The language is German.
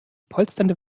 polsternde